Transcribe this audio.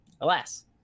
alas